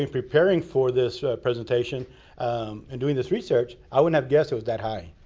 and preparing for this presentation and doing this research, i wouldn't have guessed it was that high.